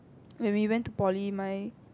when we went to poly my